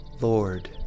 Lord